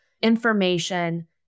information